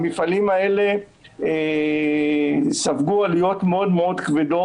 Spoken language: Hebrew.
המפעלים האלה ספגו עליות מאוד מאוד כבדות.